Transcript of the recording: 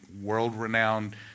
world-renowned